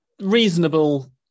reasonable